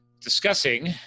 discussing